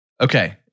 Okay